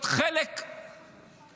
להיות חלק מהפקרה.